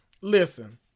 Listen